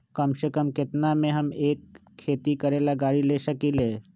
कम से कम केतना में हम एक खेती करेला गाड़ी ले सकींले?